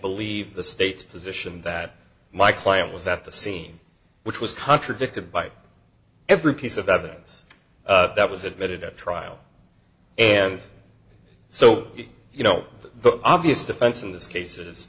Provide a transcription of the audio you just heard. believe the state's position that my client was at the scene which was contradicted by every piece of evidence that was admitted at trial and so you know the obvious defense in this case i